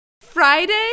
Friday